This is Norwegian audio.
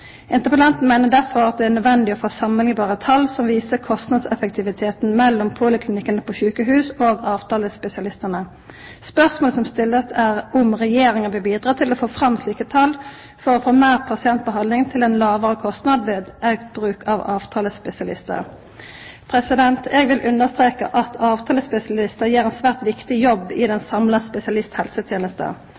Interpellanten meiner derfor at det er nødvendig å få samanliknbare tal som viser kostnadseffektiviteten mellom poliklinikkane på sjukehus og avtalespesialistane. Spørsmålet som blir stilt, er om Regjeringa vil bidra til å få fram slike tal for å få meir pasientbehandling til ein lågare kostnad ved auka bruk av avtalespesialistar. Eg vil understreka at avtalespesialistar gjer ein svært viktig jobb i den samla